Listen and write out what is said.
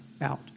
out